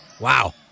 Wow